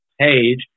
page